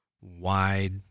wide